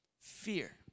Fear